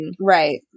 right